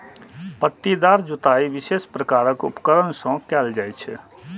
पट्टीदार जुताइ विशेष प्रकारक उपकरण सं कैल जाइ छै